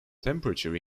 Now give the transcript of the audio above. temperature